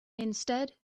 instead